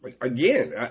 Again